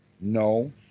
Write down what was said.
no